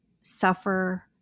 suffer